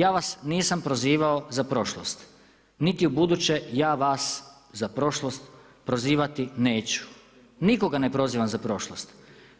Ja vas nisam prozivao za prošlost, niti u buduće ja vas za prošlost prozivati neću, nikoga ne prozivam za prošlost